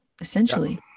essentially